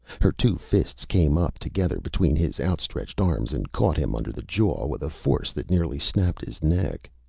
her two fists came up together between his outstretched arms and caught him under the jaw with a force that nearly snapped his neck.